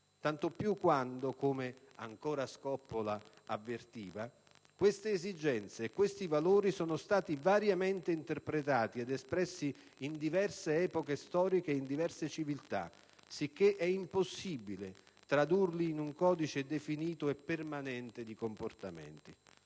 Tanto più quando (come avvertiva ancora Scoppola) queste esigenze e questi valori sono stati variamente interpretati ed espressi in diverse epoche storiche e in diverse civiltà, sicché è impossibile tradurli in un codice definito e permanente di comportamenti.